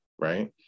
right